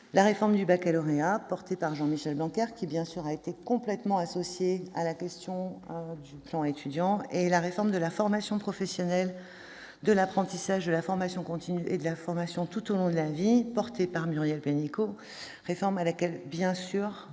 la réforme du baccalauréat, portée par Jean-Michel Blanquer, qui, bien sûr, a été complètement associé à l'élaboration du plan Étudiants, et la réforme de la formation professionnelle, de l'apprentissage, de la formation continue et de la formation tout au long de la vie, portée par Muriel Pénicaud, réforme à laquelle, bien sûr,